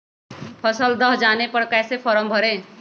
फसल दह जाने पर कैसे फॉर्म भरे?